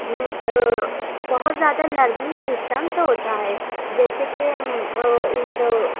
بہت زیادہ learning distance ہوتا ہے جیسے کہ